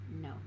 No